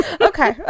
Okay